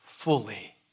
fully